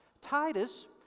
Titus